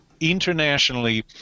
internationally